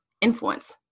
influence